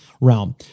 realm